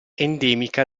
endemica